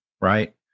right